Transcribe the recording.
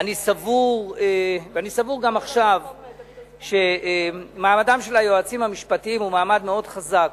אני סבור גם עכשיו שמעמדם של היועצים המשפטיים הוא מעמד מאוד חזק.